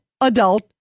adult